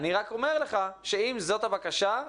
אומר לך שאם זו הבקשה,